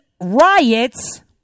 riots